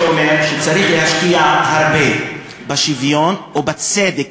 אני אומר שצריך להשקיע הרבה בשוויון ובצדק,